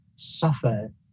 Suffer